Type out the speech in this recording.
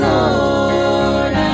Lord